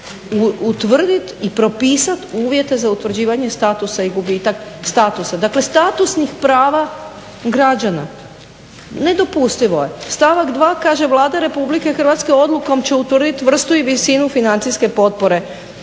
utvrdit i propisat uvjete za utvrđivanje statusa i gubitak statusa, dakle statusnih prava građana nedopustivo je. Stavak 2. kaže Vlada Republike Hrvatske odlukom će utvrditi vrstu i visinu financijske potpore